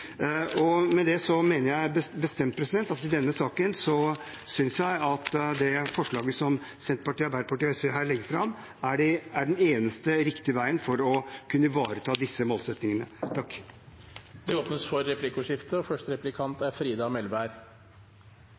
mener jeg bestemt at i denne saken er det forslaget som Senterpartiet og SV legger fram, den eneste riktige veien for å kunne ivareta disse målsettingene. Det blir replikkordskifte. Fleire instansar har peikt på at barn treng å verte møtte av eit system som har kunnskap og